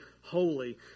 holy